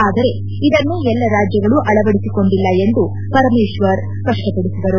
ಆದರೆ ಇದನ್ನು ಎಲ್ಲ ರಾಜ್ಯಗಳು ಅಳವಡಿಸಿಕೊಂಡಿಲ್ಲ ಎಂದು ಪರಮೇಶ್ವರ್ ಸ್ಪಷ್ಟಪಡಿಸಿದರು